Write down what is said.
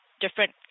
different